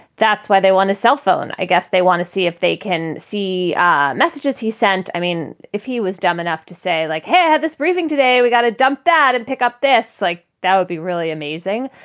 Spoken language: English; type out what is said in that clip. that's why they want a cell phone. i guess they want to see if they can see messages he sent. i mean, if he was dumb enough to say, like, hey, this briefing today, we've got to dump that and pick up this, like, that would be really amazing.